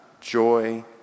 joy